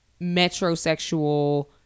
metrosexual